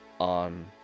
on